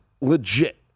legit